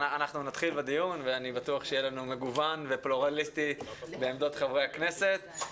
נתחיל בדיון ואני בטוח שיהיה לנו מגוון ופלורליסטי בעמדות חברי הכנסת.